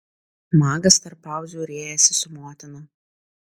magas tarp pauzių riejasi su motina